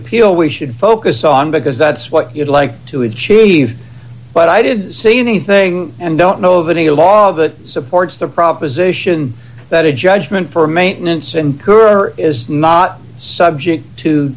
appeal we should focus on because that's what you'd like to achieve but i didn't see anything and don't know of any law that supports the proposition that a judgment for maintenance incur is not subject to